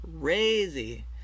crazy